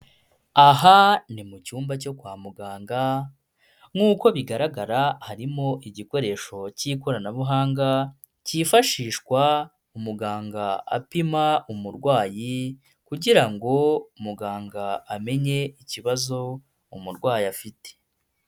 Aha ni mu cyumba cyo kwa muganga nk'uko bigaragara harimo igikoresho cy'ikoranabuhanga cyifashishwa umuganga apima umurwayi kugira ngo muganga amenye ikibazo umurwayi afite.